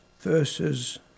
verses